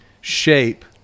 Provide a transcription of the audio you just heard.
shape